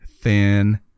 thin